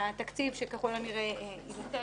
התקציב שככל הנראה יופנה